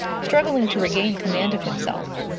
struggling to regain command of himself.